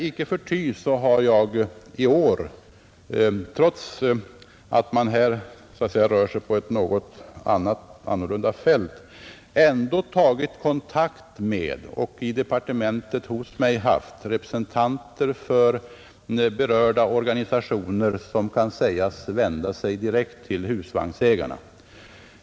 Men trots att vi här rör oss på ett något annorlunda fält har jag ändå i år tagit kontakt med de organisationer, som kan sägas vända sig direkt till husvagnsägarna.